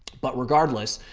but regardless,